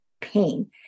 pain